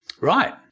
right